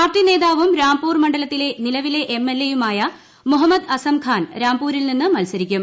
party നേതാവും രാംപൂർ മണ്ഡലത്തിലെ നിലവിലെ എംഎൽഎ യുമായ മുഹമ്മദ് അസംഖാൻ രാംപൂരിൽ നിന്ന് മത്സരിക്കും